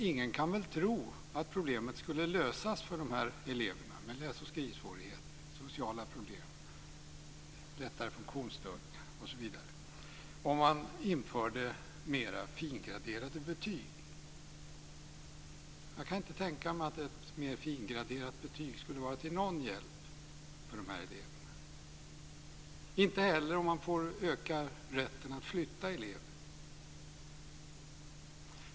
Ingen kan väl tro att problemet skulle lösas för dessa elever med läs och skrivsvårigheter, sociala problem, lättare funktionsstörningar osv. om man införde mera fingraderade betyg. Jag kan inte tänka mig att ett mer fingraderat betyg skulle vara till någon hjälp för de eleverna - inte heller om man ökar rätten att flytta elever.